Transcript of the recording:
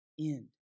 end